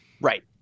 Right